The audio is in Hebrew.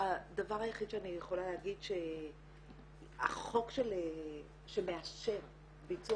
הדבר היחיד שאני יכולה להגיד שהחוק שמאשר ביצוע